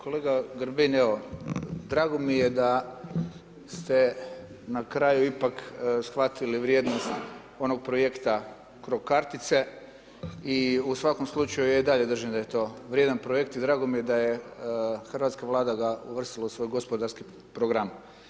Kolega Grbin, evo, drago mi je da ste na kraju ipak shvatili vrijednost onog projekta cro kartice i u svakom slučaju ja i dalje držim da je to vrijedan projekt i drago mi je da je hrvatska Vlada ga uvrstila u svoj gospodarski program.